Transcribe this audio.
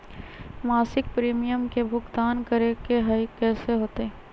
मासिक प्रीमियम के भुगतान करे के हई कैसे होतई?